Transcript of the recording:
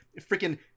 freaking